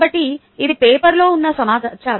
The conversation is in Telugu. కాబట్టి ఇది పేపర్లో ఉన్న సమాచారం